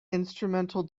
instrumental